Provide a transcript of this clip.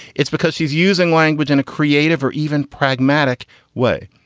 it's because she's using language in a creative or even pragmatic way.